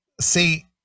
See